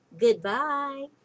goodbye